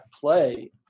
play